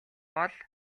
бол